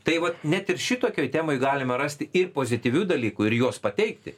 tai vat net ir šitokioj temoj galime rasti ir pozityvių dalykų ir juos pateikti